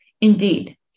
Indeed